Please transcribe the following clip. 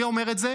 מי אומר את זה?